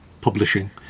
publishing